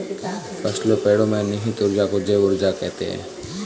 फसलों पेड़ो में निहित ऊर्जा को जैव ऊर्जा कहते हैं